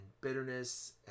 bitterness